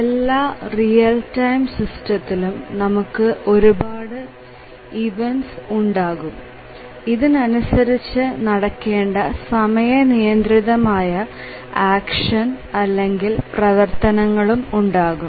എല്ലാ real time സിസ്റ്റത്തിലും നമുക്ക് ഒരുപാട് ഇവെന്റ്സ് ഉണ്ടാകും ഇതിന് അനുസരിച്ച് നടക്കേണ്ട സമയനിയന്ത്രിതമായ ആക്ഷൻ അല്ലെങ്കിൽ പ്രവർത്തനങ്ങളും ഉണ്ടാകും